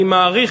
אני מעריך,